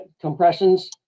compressions